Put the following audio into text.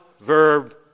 Verb